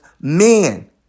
men